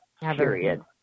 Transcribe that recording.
period